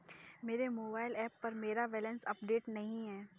मेरे mobile app पर मेरा बैलेंस अपडेट नहीं है